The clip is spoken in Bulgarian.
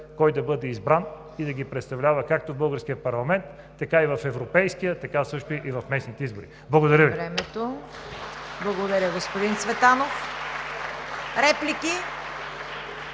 кой да бъде избран и да ги представлява както в българския парламент, така и в европейския, така също и в местните избори. Благодаря Ви.